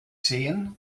sehen